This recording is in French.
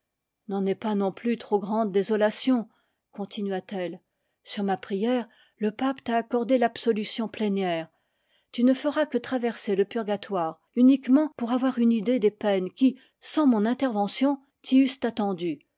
n'en aie pas non plus trop grande désolation continuat elle sur ma prière le pape t'a accordé l'absolution plénière tu ne feras que traverser le purgatoire uniquement pour avoir une idée des peines qui sans mon intervention